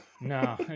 No